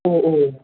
ഓ ഓ